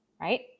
right